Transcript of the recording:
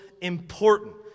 important